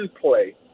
play